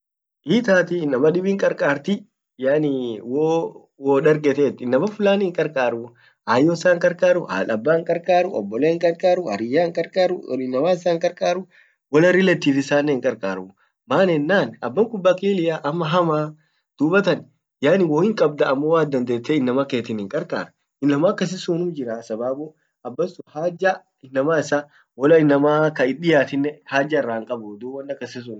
hiitatii innama dibin hinqarqarti yaaniii wwo wodargetet inamma fulani hinqarqaruu, ayyo isa hinqarqaru hada abba hinqarqaru obbolle hinqarqaru hariyya hinqarqaruinama isa hinqarqaru wala relative issanen hinqarqaru maan ennan abbakun bakilia ama hamaa dubattan yaani wohin kabdaa ammo waat dandete inama kanketini hinqarqar inama akasinsun unnum jiraa kwa sababu abbasun hajja inama isa wala inama kait diyatinen haja irra hinkabu dub won akasin sun unnum jirtii